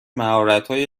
مهارتهای